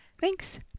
Thanks